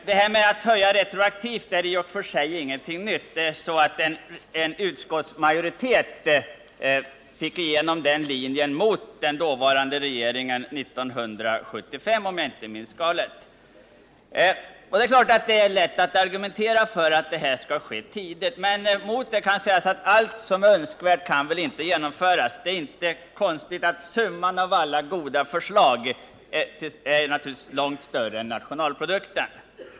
Förslaget att höja retroaktivt är i och för sig ingenting nytt. En utskottsmajoritet fick igenom det förslaget i början av 1970-talet mot den dåvarande regeringen, om jag inte minns galet. Det är klart att det är lätt att argumentera för att en höjning sker tidigt. Men allt som är önskvärt kan inte genomföras — det är inte konstigt att summan av alla goda förslag är långt större än nationalprodukten.